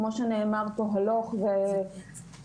כמו שנאמר פה הלוך וחזור,